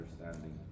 understanding